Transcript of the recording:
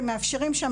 ומאפשרים שם,